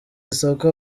isoko